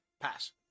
pass